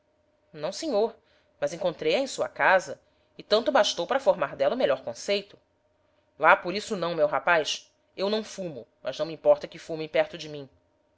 não senhor mas encontrei-a em sua casa e tanto bastou para formar dela o melhor conceito lá por isso não meu rapaz eu não fumo mas não me importa que fumem perto de mim